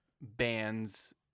bands